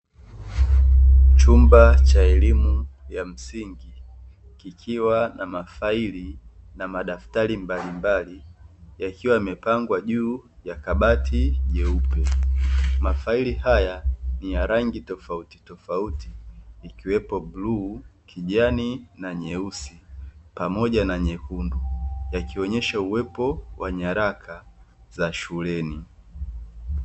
Chumba cha elimu ya msingi kukiwa na mafaili na madaftari mbalimbali yakiwa yamepangwa juu ya kabati jeupe, mafaili haya ni ya rangi tofautitofauti ikiwepo bluu, kijani na nyeusi pamoja na nyekundu yakionyesha uwepo wa nyaraka za shuleni.